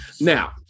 Now